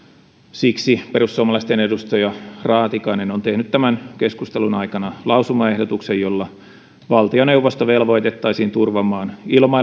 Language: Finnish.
siksi perussuomalaisten edustaja raatikainen on tehnyt tämän keskustelun aikana lausumaehdotuksen jolla valtioneuvosto velvoitettaisiin turvaamaan ilmailutoimintojen jatkuvuus